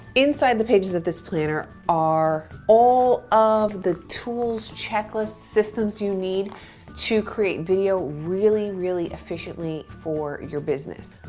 inside the pages of this planner are all of the tools, checklists, systems you need to create video really, really efficiently for your business.